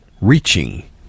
reaching